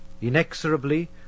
Inexorably